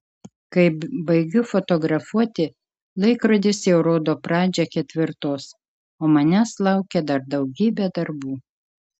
kai baigiu fotografuoti laikrodis jau rodo pradžią ketvirtos o manęs laukia dar daugybė darbų